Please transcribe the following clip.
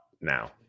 now